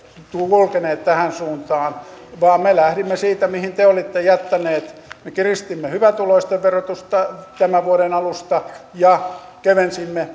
kulkeneet tähän suuntaan vaan me lähdimme siitä mihin te olitte jättäneet me kiristimme hyvätuloisten verotusta tämän vuoden alusta ja kevensimme